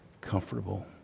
comfortable